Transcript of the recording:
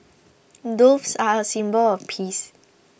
doves are a symbol of peace